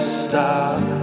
stop